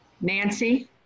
Nancy